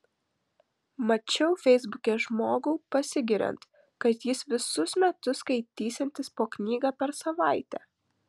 mačiau feisbuke žmogų pasigiriant kad jis visus metus skaitysiantis po knygą per savaitę